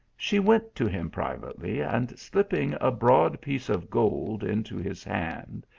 she went to him, privately, and slipping a broad piece of gold into his hand,